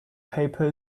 paper